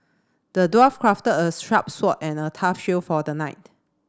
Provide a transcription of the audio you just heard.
the dwarf crafted a sharp sword and a tough shield for the knight